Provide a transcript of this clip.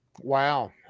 Wow